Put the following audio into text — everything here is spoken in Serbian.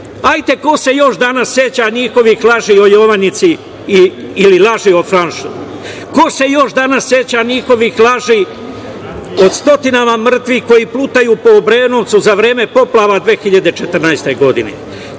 Srbije, ko se još danas seća njihovih laži o „Jovanjici“, ili laži o Franšu? Ko se još danas seća njihovih laži o stotinama mrtvih koji plutaju po Obrenovcu za vreme poplava 2014. godine?